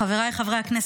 חבריי חברי הכנסת,